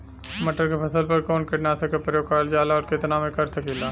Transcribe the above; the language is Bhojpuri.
मटर के फसल पर कवन कीटनाशक क प्रयोग करल जाला और कितना में कर सकीला?